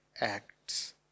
acts